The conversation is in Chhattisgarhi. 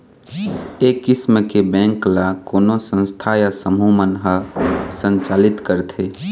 ए किसम के बेंक ल कोनो संस्था या समूह मन ह संचालित करथे